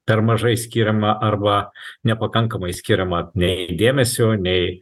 per mažai skiriama arba nepakankamai skiriama nei dėmesio nei